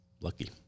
lucky